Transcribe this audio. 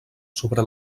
sobre